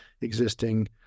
existing